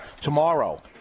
tomorrow